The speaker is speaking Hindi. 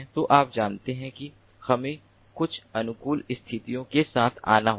तो आप जानते हैं कि हमें कुछ अनुकूल स्थितियों के साथ आना होगा